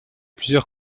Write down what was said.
plusieurs